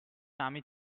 სამი